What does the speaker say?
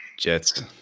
Jets